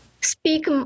speak